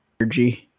energy